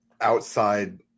outside